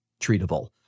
treatable